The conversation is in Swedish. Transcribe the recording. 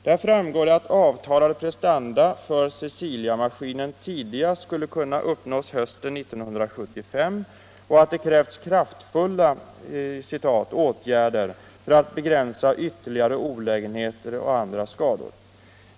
Där framgår det att avtalade prestanda för Ceciliamaskinen tidigast skulle kunna uppnås hösten 1975 och att det krävs ”kraftfulla åtgärder” för att begränsa ytterligare olägenheter och skador.